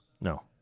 No